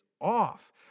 off